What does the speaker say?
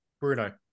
Bruno